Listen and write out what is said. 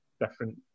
different